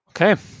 okay